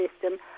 system